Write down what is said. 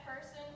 person